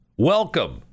welcome